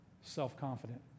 self-confident